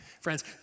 Friends